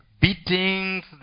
beatings